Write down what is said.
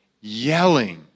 yelling